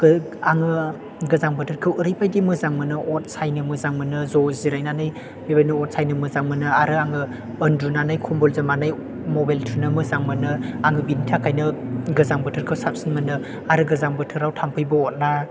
आङो गोजां बोथोरखौ ओरैबायदि मोजां मोनो अर सायनो मोजां मोनो ज' जिरायनानै बेबायदिनो अर सायनो मोजां मोनो आरो आङो उन्दुनानै कम्बल जोमनानै मबाइल थुनो मोजां मोनो आङो बिनि थाखायनो गोजां बोथोरखौ साबसिन मोनो आरो गोजां बोथोराव थाम्फैबो अरा